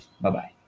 Bye-bye